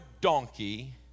donkey